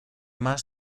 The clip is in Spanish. más